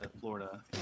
Florida